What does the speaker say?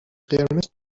قرمز